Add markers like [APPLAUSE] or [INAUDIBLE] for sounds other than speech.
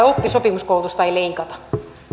[UNINTELLIGIBLE] oppisopimuskoulutusta ei leikata